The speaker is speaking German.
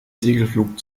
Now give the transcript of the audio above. segelflug